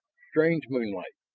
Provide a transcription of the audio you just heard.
strange moonlight.